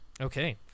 okay